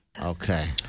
Okay